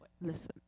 listen